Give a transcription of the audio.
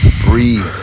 breathe